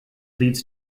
leads